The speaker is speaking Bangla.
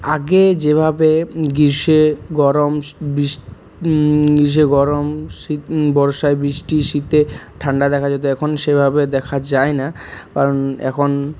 আগে যেভাবে গ্রীষ্মে গরম গ্রীষ্মে গরম শীত বর্ষায় বৃষ্টি শীতে ঠাণ্ডা দেখা যেত এখন সেভাবে দেখা যায় না কারণ এখন